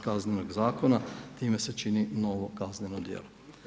Kaznenog zakona time se čini novo kazneno djelo.